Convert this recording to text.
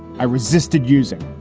i resisted using,